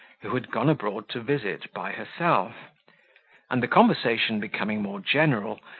who had gone abroad to visit by herself and the conversation becoming more general,